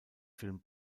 film